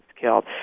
killed